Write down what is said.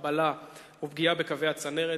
חבלה ופגיעה בקווי הצנרת,